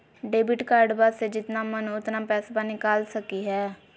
Debit कार्डबा से जितना मन उतना पेसबा निकाल सकी हय?